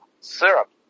syrup